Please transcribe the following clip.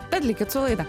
tad likit su laida